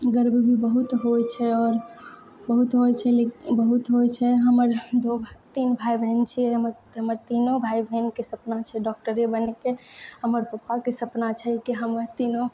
गर्व भी बहुत होइ छै और बहुत होइ छै बहुत होइ छै हमर दो तीन भाइ बहिन छियै हमर तीनो भाइ बहिनके सपना छै डॉक्टरे बनैके हमर पापाके सपना छै कि हम तीनो